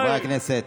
חברי הכנסת.